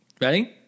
Ready